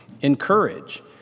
encourage